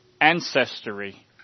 ancestry